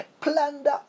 Plunder